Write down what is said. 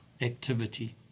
activity